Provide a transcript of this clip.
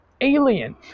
alien